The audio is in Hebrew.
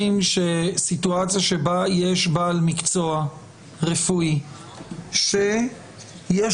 סיטואציה שבה בעל מקצוע רפואי ועובד סוציאלי של בית